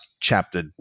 chapter